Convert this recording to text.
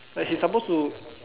like she supposed to